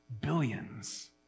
Billions